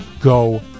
Go